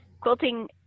quilting